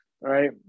right